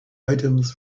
items